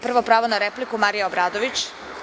Prvo pravo na repliku, Marija Obradović.